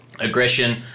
Aggression